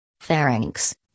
Pharynx